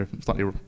slightly